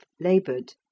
laboured